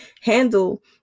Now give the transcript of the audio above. handle